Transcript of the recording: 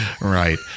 Right